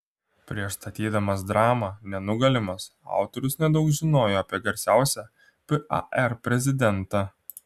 prieš statydamas dramą nenugalimas autorius nedaug žinojo apie garsiausią par prezidentą